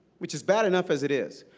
which is bad enough as it is,